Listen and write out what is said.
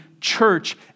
church